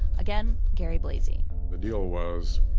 again, gary blasi the deal was